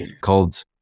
called